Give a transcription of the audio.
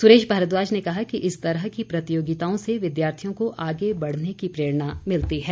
सुरेश भारद्वाज ने कहा कि इस तरह की प्रतियोगिताओं से विद्यार्थियों को आगे बढ़ने की प्रेरणा मिलती है